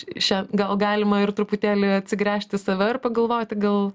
šią gal galima ir truputėlį atsigręžt į save ir pagalvoti gal